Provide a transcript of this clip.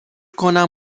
کنم